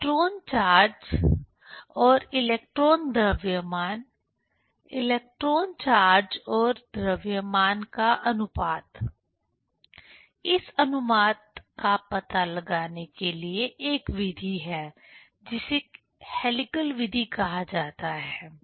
electron charge और electron द्रव्यमान electron charge और द्रव्यमान का अनुपात इस अनुपात का पता लगाने के लिए एक विधि है जिसे हेलीकल विधि कहा जाता है